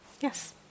Yes